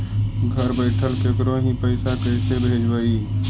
घर बैठल केकरो ही पैसा कैसे भेजबइ?